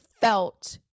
felt